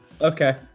okay